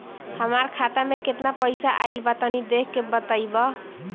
हमार खाता मे केतना पईसा आइल बा तनि देख के बतईब?